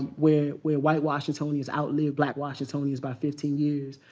where where white washingtonians outlive black washingtonians by fifteen years.